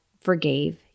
forgave